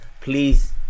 please